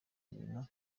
nyina